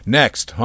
next